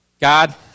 God